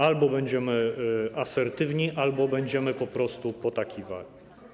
Albo będziemy asertywni, albo będziemy po prostu potakiwali.